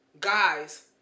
guys